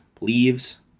leaves